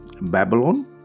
Babylon